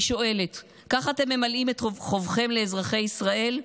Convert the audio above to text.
אני שואלת, כך אתם ממלאים את חובכם לאזרחי ישראל?